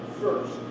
first